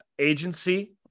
agency